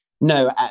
No